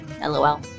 LOL